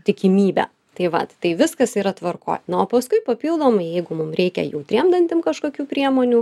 tikimybę tai vat tai viskas yra tvarkoj na o paskui papildomai jeigu mum reikia jautriem dantim kažkokių priemonių